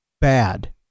bad